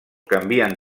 canvien